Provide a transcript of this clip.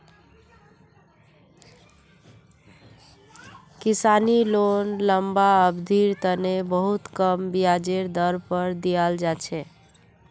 किसानी लोन लम्बा अवधिर तने बहुत कम ब्याजेर दर पर दीयाल जा छे